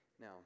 now